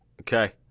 okay